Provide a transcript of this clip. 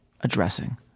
addressing